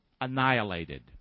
Annihilated